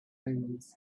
omens